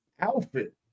outfit